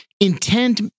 intent